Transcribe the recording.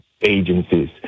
agencies